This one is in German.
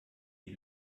die